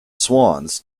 swans